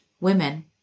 women